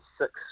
six